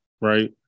right